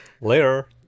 later